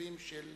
טובים של